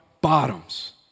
bottoms